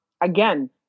Again